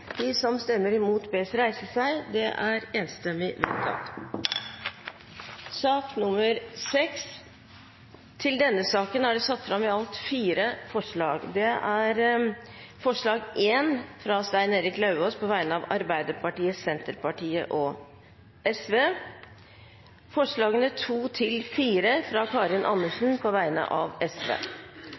de vil stemme imot. Det voteres så over komiteens innstilling til II. Under debatten er det satt fram i alt fire forslag. Det er forslag nr. 1, fra Stein Erik Lauvås på vegne av Arbeiderpartiet, Senterpartiet og Sosialistisk Venstreparti forslagene nr. 2–4, fra Karin Andersen på vegne av